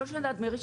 כל שנה דמי רישיון.